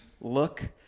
look